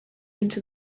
into